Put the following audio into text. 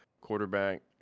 Quarterback